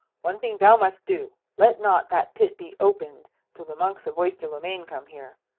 one thing thou must do. let not that pit be opened till the monks of oyster-le-main come here.